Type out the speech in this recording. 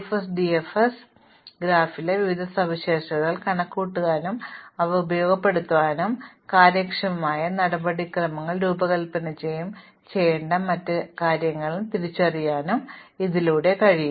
അതിനാൽ വളരെ കാര്യക്ഷമമായി നിങ്ങൾക്ക് ഗ്രാഫിലെ വിവിധ സവിശേഷതകൾ കണക്കുകൂട്ടാനും ഇവ രണ്ടും ഉപയോഗപ്പെടുത്താനും കൂടുതൽ കാര്യക്ഷമമായ നടപടിക്രമങ്ങൾ രൂപകൽപ്പന ചെയ്യാനോ അല്ലെങ്കിൽ ചെയ്യേണ്ട മറ്റ് കാര്യങ്ങൾ തിരിച്ചറിയാനോ കഴിയും